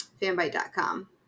fanbite.com